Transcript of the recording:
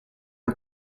and